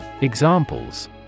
Examples